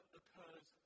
occurs